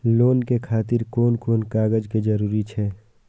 Loan के खातिर कोन कोन कागज के जरूरी छै?